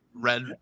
red